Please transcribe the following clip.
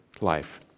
life